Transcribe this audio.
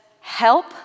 help